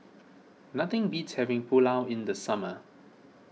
nothing beats having Pulao in the summer